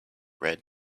red